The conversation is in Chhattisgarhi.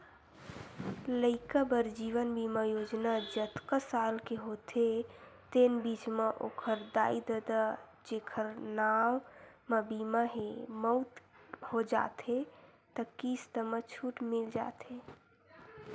लइका बर जीवन बीमा योजना जतका साल के होथे तेन बीच म ओखर दाई ददा जेखर नांव म बीमा हे, मउत हो जाथे त किस्त म छूट मिल जाथे